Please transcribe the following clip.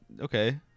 Okay